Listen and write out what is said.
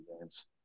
games